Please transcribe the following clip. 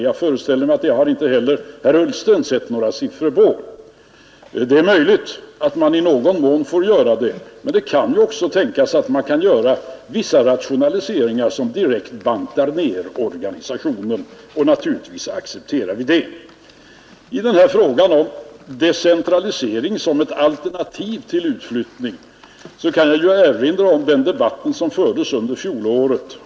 Jag föreställer mig att inte heller herr Ullsten har sett några siffror på det. Det är möjligt att en sådan ökning i någon mån måste göras, men det kan ju också tänkas att man kan göra vissa rationaliseringar som direkt bantar ner organisationen, och naturligtvis accepterar vi det. I frågan om decentralisering som ett alternativ till utflyttning kan jag ju erinra om den debatt som fördes under fjolåret.